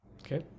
Okay